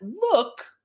look